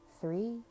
three